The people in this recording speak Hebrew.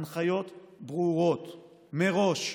הנחיות ברורות מראש,